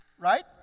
Right